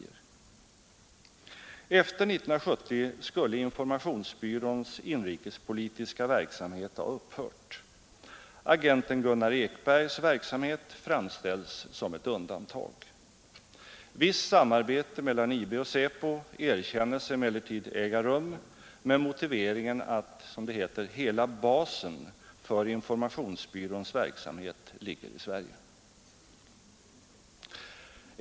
Efter 1970 skulle informationsbyråns inrikespolitiska verksamhet ha upphört. Agenten Gunnar Ekbergs verksamhet framställs som ett undantag. Visst samarbete mellan IB och SÄPO erkännes emellertid äga rum med motiveringen att ”hela basen” för informationsbyråns verksamhet ligger i Sverige.